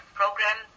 program